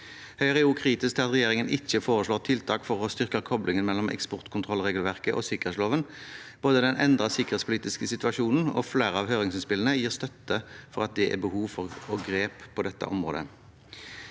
er også kritisk til at regjeringen ikke foreslår tiltak for å styrke koblingen mellom eksportkontrollregelverket og sikkerhetsloven. Både den endrede sikkerhetspolitiske situasjonen og flere av høringsinnspillene gir støtte for at det er behov for å ta grep på dette området.